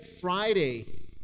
Friday